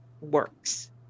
works